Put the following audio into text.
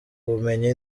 ubumenyi